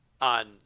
on